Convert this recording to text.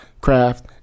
craft